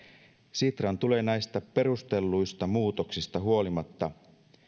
sitran tulee näistä perustelluista muutoksista huolimatta